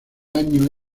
año